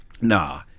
Nah